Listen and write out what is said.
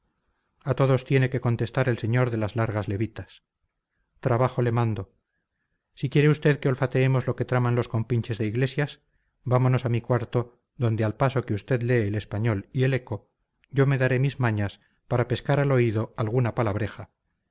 a todos tiene que contestar el señor de las largas levitas trabajo le mando si quiere usted que olfateemos lo que traman los compinches de iglesias vámonos a mi cuarto donde al paso que usted lee el español y el eco yo me daré mis mañas para pescar al oído alguna palabreja